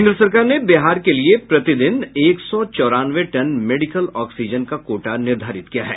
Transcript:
केन्द्र सरकार ने बिहार के लिए प्रतिदिन एक सौ चौरानवे टन मेडिकल ऑक्सीजन का कोटा निर्धारित किया है